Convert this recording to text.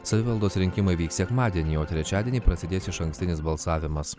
savivaldos rinkimai vyks sekmadienį o trečiadienį prasidės išankstinis balsavimas